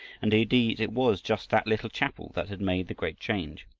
and indeed it was just that little chapel that had made the great change.